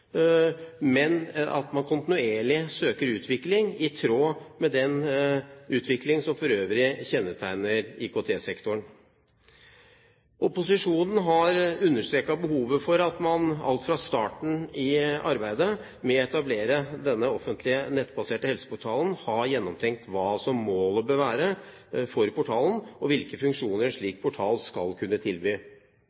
men at man kontinuerlig søker utvikling i tråd med den utvikling som kjennetegner IKT-sektoren for øvrig. Opposisjonen har understreket behovet for at man alt fra starten av i arbeidet med å etablere denne offentlige, nettbaserte helseportalen har gjennomtenkt hva som bør være målet med portalen, og hvilke funksjoner en